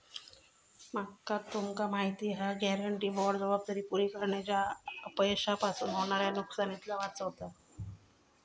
काय तुमका माहिती हा? गॅरेंटी बाँड जबाबदारी पुरी करण्याच्या अपयशापासून होणाऱ्या नुकसानीतना वाचवता